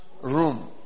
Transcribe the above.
room